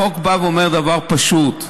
החוק בא ואומר דבר פשוט: